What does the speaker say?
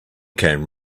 came